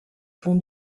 bon